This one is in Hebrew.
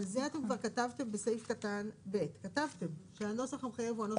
אבל זה כבר כתבתם בסעיף קטן (ב) שהנוסח המחייב הוא הנוסח באנגלית.